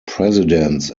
presidents